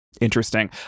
Interesting